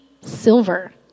silver